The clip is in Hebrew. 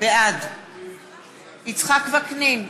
בעד יצחק וקנין,